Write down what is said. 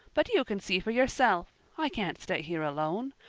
but you can see for yourself. i can't stay here alone.